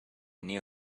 new